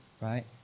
right